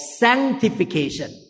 sanctification